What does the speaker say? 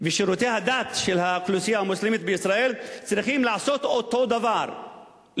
ושירותי הדת של האוכלוסייה המוסלמית בישראל צריכים לעשות אותו דבר,